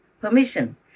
permission